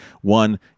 One